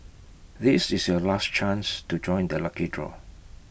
this is your last chance to join the lucky draw